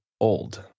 old